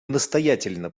настоятельно